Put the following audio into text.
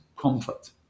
comfort